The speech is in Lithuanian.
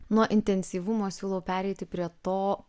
nuo intensyvumo siūlau pereiti prie to